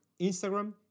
Instagram